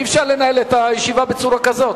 אי-אפשר לנהל את הישיבה בצורה כזאת,